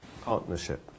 partnership